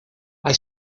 hay